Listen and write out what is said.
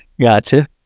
Gotcha